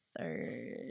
third